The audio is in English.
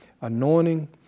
anointing